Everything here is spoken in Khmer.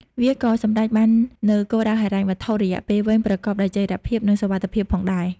វាក៏សម្រេចបាននូវគោលដៅហិរញ្ញវត្ថុរយៈពេលវែងប្រកបដោយចីរភាព និងសុវត្ថិភាពផងដែរ។